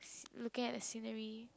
looking at the scenery